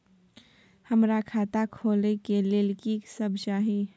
हमरा खाता खोले के लेल की सब चाही?